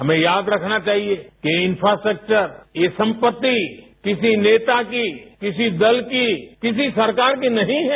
हमें याद रखना चाहिए कि ये इंफ्रास्ट्रक्चर ये संपत्ति किसी नेता की किसी दल की किसी सरकार की नहीं है